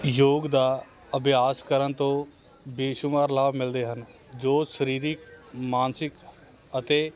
ਯੋਗ ਦਾ ਅਭਿਆਸ ਕਰਨ ਤੋਂ ਬੇਸ਼ੁਮਾਰ ਲਾਭ ਮਿਲਦੇ ਹਨ ਜੋ ਸਰੀਰਿਕ ਮਾਨਸਿਕ ਅਤੇ